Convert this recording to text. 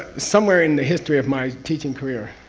somewhere in the history of my teaching career,